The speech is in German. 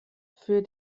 für